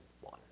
one